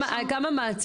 קודם כל,